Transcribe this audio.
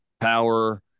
power